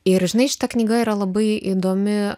ir žinai šita knyga yra labai įdomi